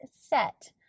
set